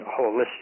holistic